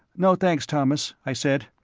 no, thanks, thomas, i said.